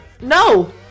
No